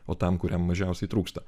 o tam kuriam mažiausiai trūksta